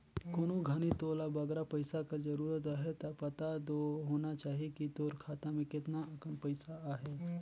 कोनो घनी तोला बगरा पइसा कर जरूरत अहे ता पता दो होना चाही कि तोर खाता में केतना अकन पइसा अहे